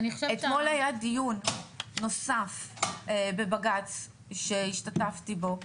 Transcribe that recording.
אתמול היה דיון נוסף בבג"ץ שהשתתפתי בו,